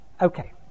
Okay